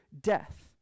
death